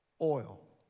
oil